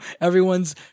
everyone's